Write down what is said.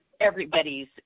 everybody's